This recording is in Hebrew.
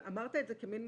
אמרת את זה כמין